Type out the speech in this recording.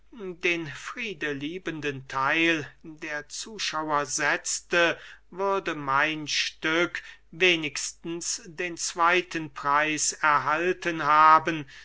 den friedeliebenden theil der zuschauer setzte würde mein stück wenigstens den zweyten preis erhalten haben